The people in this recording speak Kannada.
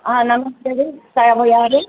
ಹಾಂ ನಮಸ್ತೆ ರೀ ತಾವು ಯಾರು